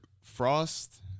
Frost